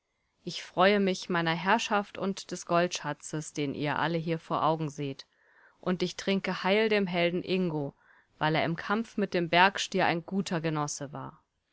ich freue mich meiner herrschaft und des goldschatzes den ihr alle hier vor augen seht und ich trinke heil dem helden ingo weil er im kampf mit dem bergstier ein guter genosse war